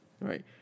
Right